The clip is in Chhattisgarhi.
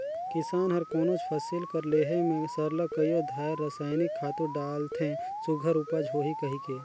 किसान हर कोनोच फसिल कर लेहे में सरलग कइयो धाएर रसइनिक खातू डालथे सुग्घर उपज होही कहिके